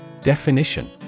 Definition